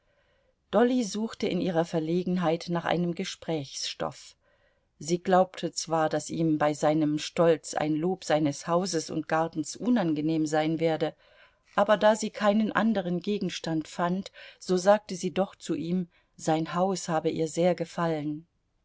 dolly suchte in ihrer verlegenheit nach einem gesprächsstoff sie glaubte zwar daß ihm bei seinem stolz ein lob seines hauses und gartens unangenehm sein werde aber da sie keinen anderen gegenstand fand so sagte sie doch zu ihm sein haus habe ihr sehr gefallen